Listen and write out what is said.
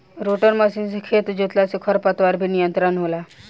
rotor machine से खेत जोतला से खर पतवार पर भी नियंत्रण होला